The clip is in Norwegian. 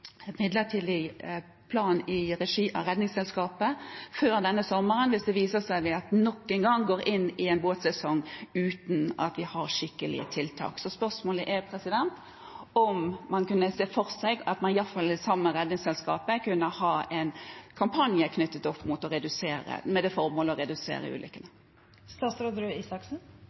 en midlertidig plan i regi av Redningsselskapet før denne sommeren hvis det viser seg at vi nok en gang går inn i en båtsesong uten å ha skikkelige tiltak. Spørsmålet er om man kunne se for seg at man, iallfall sammen med Redningsselskapet, kunne ha en kampanje med det formål å redusere